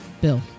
bill